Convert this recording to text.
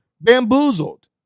bamboozled